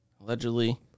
Allegedly